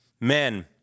men